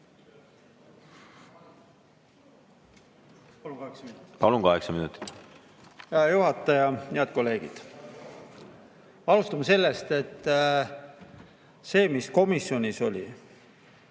Palun kaheksa minutit.